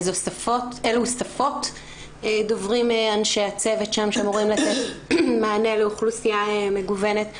אילו שפות דוברים אנשי הצוות שם שאמורים לתת מענה לאוכלוסייה מגוונת,